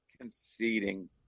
conceding